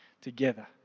together